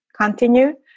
continue